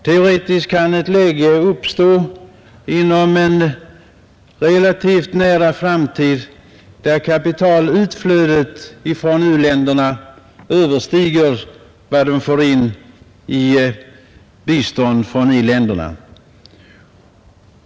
Teoretiskt kan ett läge uppstå inom en relativt nära framtid där kapitalutflödet från u-länderna överstiger vad de får in i bistånd från i-länderna.